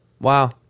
wow